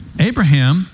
Abraham